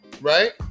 right